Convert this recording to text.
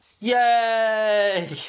Yay